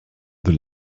the